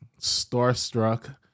starstruck